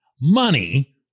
Money